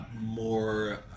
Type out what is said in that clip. more